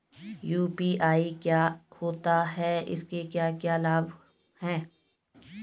UPI क्या होता है इसके क्या क्या लाभ हैं?